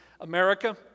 America